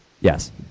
Yes